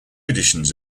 editions